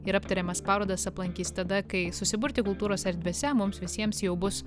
ir aptariamas parodas aplankys tada kai susiburti kultūros erdvėse mums visiems jau bus